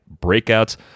breakouts